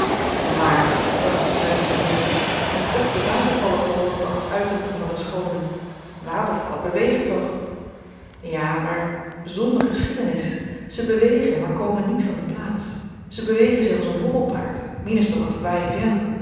maar bracht duclari in t midden ge hebt ook de watervallen verworpen als uitdrukking van het schoone watervallen bewegen toch ja maar zonder geschiedenis ze bewegen maar komen niet van de plaats ze bewegen zich als een hobbelpaard minus nog het va